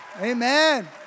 Amen